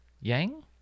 Yang